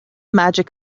magic